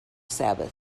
sabbath